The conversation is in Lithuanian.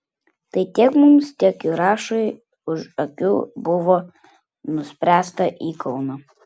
tai tiek mums tiek jurašui už akių buvo nuspręsta į kauną